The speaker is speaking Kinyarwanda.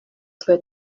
twari